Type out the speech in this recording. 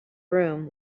room